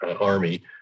army